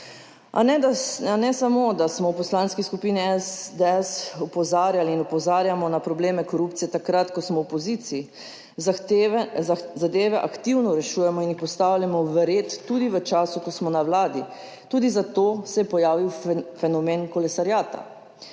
da ne samo, da smo v Poslanski skupini SDS opozarjali in opozarjamo na probleme korupcije takrat, ko smo v opoziciji, zadeve aktivno rešujemo in jih postavljamo v red tudi v času, ko smo na Vladi. Tudi za to se je pojavil fenomen kolesariata.